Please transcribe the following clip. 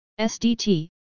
SDT